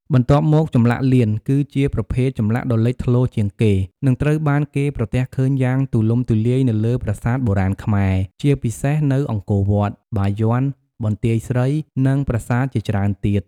បន្ទាប់មក ចម្លាក់លៀន គឺជាប្រភេទចម្លាក់ដ៏លេចធ្លោជាងគេ និងត្រូវបានគេប្រទះឃើញយ៉ាងទូលំទូលាយនៅលើប្រាសាទបុរាណខ្មែរ ជាពិសេសនៅអង្គរវត្ត បាយ័ន បន្ទាយស្រី និងប្រាសាទជាច្រើនទៀត។